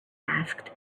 asked